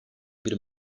bir